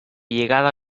llegada